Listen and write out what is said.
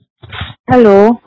Hello